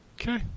Okay